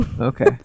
okay